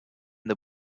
the